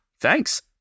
thanks